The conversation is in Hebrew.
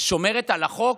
שומרת על החוק?